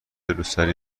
روسری